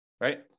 right